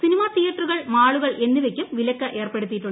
cinema തിയേറ്ററുകൾ മാളുകൾ എന്നിവയ്ക്കും വിലക്ക് ഏർപ്പെടുത്തിയിട്ടുണ്ട്